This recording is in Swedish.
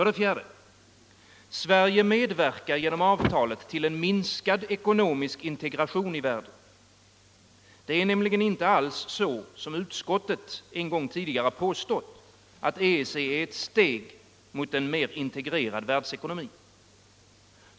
4. Sverige medverkar genom avtalet till en minskad ekonomisk integration i världen. Det är nämligen inte alls så som utskottet en gång tidigare påstått, att EEC är ett steg mot en mer integrerad världsekonomi.